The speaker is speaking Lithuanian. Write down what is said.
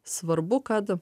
svarbu kad